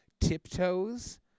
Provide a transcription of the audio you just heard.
Tiptoes